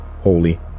holy